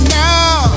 now